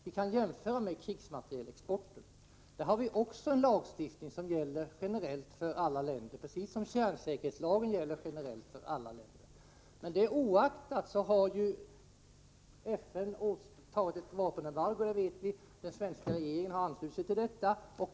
Vi kan jämföra med krigsmaterielexporten, där vi har en lagstiftning som gäller generellt för alla länder, precis som kärnsäkerhetslagen. Men det oaktat har FN beslutat om vapenembargo, som den svenska regeringen har anslutit sig till.